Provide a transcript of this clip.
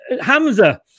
Hamza